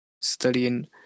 studying